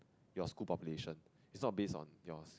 your school population is not based on yours